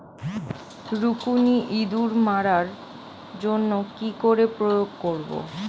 রুকুনি ইঁদুর মারার জন্য কি করে প্রয়োগ করব?